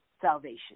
salvation